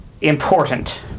Important